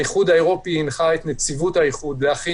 האיחוד האירופי הנחה את נציבות האיחוד להכין